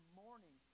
morning